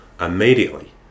immediately